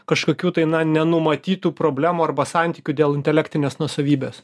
kažkokių tai nenumatytų problemų arba santykių dėl intelektinės nuosavybės